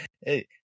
Hey